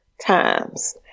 times